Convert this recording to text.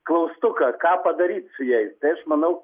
klaustuką ką padaryt su jais tai aš manau